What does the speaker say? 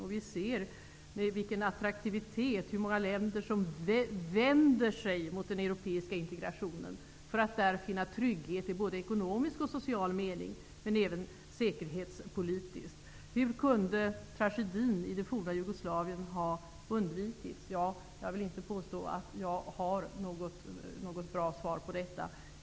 Vi kan se vilken attraktivitet detta samarbete har och hur många länder som vänder sig till den europeiska integrationen för att där finna trygghet, i såväl ekonomisk och social som säkerhetspolitisk mening. Hur kunde tragedin i det forna Jugoslavien ha undvikits? Jag vill inte påstå att jag har något bra svar på den frågan.